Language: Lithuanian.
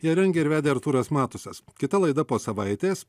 ją rengė ir vedė artūras matusas kita laida po savaitės